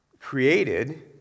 created